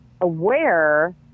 aware